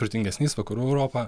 turtingesniais vakarų europa